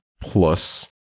plus